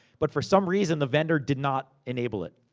but for some reason, the vendor did not enable it.